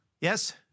yes